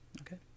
okay